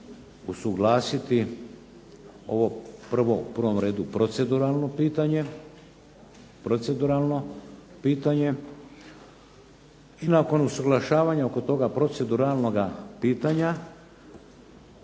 usuglasiti ovo prvo, u prvom redu proceduralno pitanje, proceduralno pitanje i nakon usuglašavanja oko toga proceduralnoga pitanja